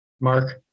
Mark